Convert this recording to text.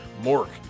Mork